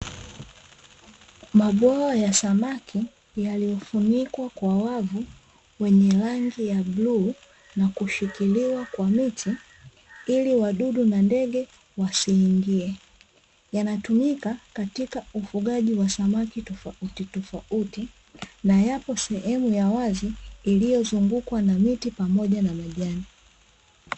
Mabwawa ya samaki yaliyofunikwa kwa wavu wenye rangi ya bluu, na kushikiliwa kwa miti, ili wadudu na ndege wasiingie. Yanatumika katika ufugaji wa samaki tofautitofauti, na yapo sehemu ya wazi, iliyozungukwa na miti pamoja na majani.